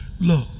look